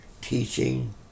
teaching